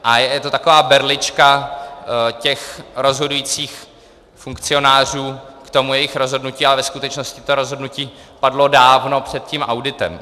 A je to taková berlička těch rozhodujících funkcionářů k tomu jejich rozhodnutí, ale ve skutečnosti to rozhodnutí padlo dávno před tím auditem.